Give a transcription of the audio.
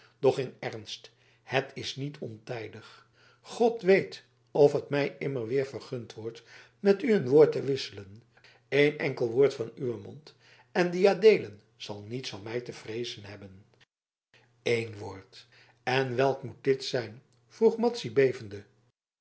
doch in ernst het is niet ontijdig god weet of het mij immer weer vergund wordt met u een woord te wisselen een enkel woord van uwen mond en die adeelen zal niets van mij te vreezen hebben eén woord en welk moet dit zijn